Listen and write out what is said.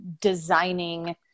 designing